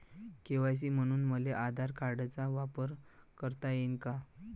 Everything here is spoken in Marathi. के.वाय.सी म्हनून मले आधार कार्डाचा वापर करता येईन का?